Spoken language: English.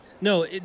No